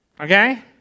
Okay